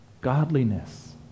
Godliness